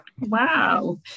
Wow